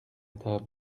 table